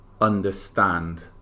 understand